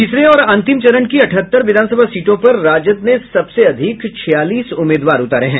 तीसरे और अंतिम चरण की अठहत्तर विधानसभा सीटों पर राजद ने सबसे अधिक छियालीस उम्मीदवार उतारे हैं